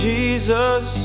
Jesus